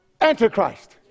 Antichrist